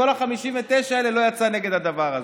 מכל ה-59 האלה לא יצא כנגד הדבר הזה.